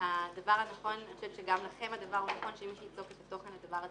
שהדבר הנכון אני חושבת שגם לכם הדבר הוא נכון שמי שיבדוק את הדבר הזה,